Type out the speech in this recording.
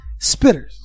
Spitters